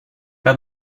pas